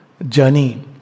journey